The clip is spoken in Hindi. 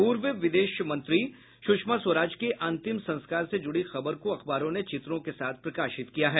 पूर्व विदेश मंत्री सुषमा स्वराज के अंतिम संस्कार से जुड़ी खबर को अखबारों ने चित्रों के साथ प्रकाशित किया है